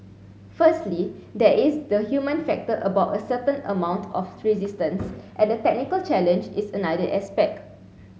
firstly there is the human factor about a certain amount of resistance and the technical challenge is another aspect